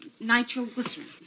nitroglycerin